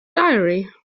diary